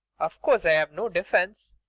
of course i've no defence.